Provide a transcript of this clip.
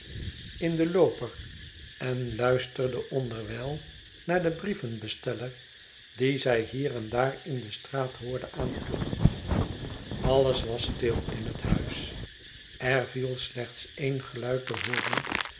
in den looper en luisterde onderwijl naar den brievenbesteller dien zij hier en daar in de straat hoorde aankloppen alles was stil in huis er viel slechts een geluid te hooren